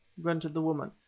grunted the woman,